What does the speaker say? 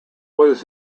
was